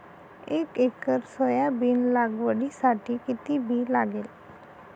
एक acre soybean लागवडीसाठी किती बी लागेल?